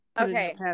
okay